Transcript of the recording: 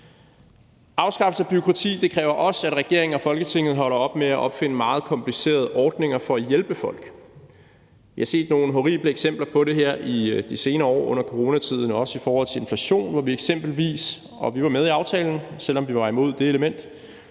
Afskaffelse af bureaukrati kræver også, at regeringen og Folketinget holder op med at opfinde meget komplicerede ordninger for at hjælpe folk. Vi har set nogle horrible eksempler på det her i de senere år under coronatiden og også i forhold til inflationen, hvor vi eksempelvis – vi var med i aftalen, selv om vi var imod det element